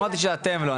אמרתי שאתם לא,